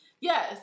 Yes